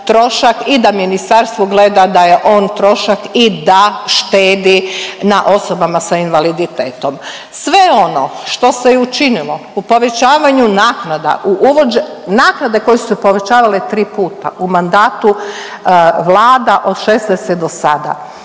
i da ministarstvo gleda da je on trošak i da štedi na osobama sa invaliditetom. Sve ono što se je učinilo u povećavanju naknada, naknade koje su se povećavale tri puta u mandatu vlada od šesnaeste